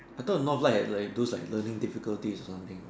I thought NorthLight have like those like learning difficulties or something uh